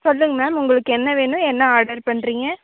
சொல்லுங்க மேம் உங்களுக்கு என்ன வேணும் என்ன ஆர்டர் பண்ணுறீங்க